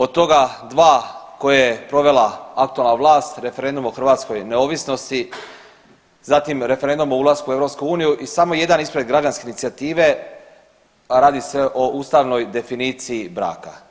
Od toga 2 koje je provela aktualna vlast, referendum o hrvatskoj neovisnosti, zatim o ulasku u EU i samo jedan ispred građanske inicijative, a radi se o ustavnoj definiciji braka.